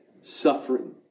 suffering